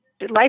life